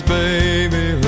baby